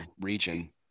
region